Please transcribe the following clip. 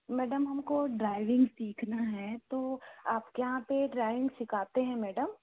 madam हम को driving सीखना है तो आप के यहाँ पर ड्राइविंग सिखाते हैं मैडम